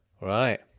Right